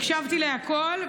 הקשבתי לכול,